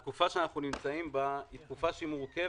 התקופה שאנו נמצאים בה היא מורכבת,